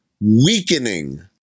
weakening